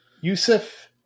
Yusuf